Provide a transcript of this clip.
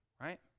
right